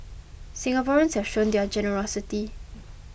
Singaporeans have shown their generosity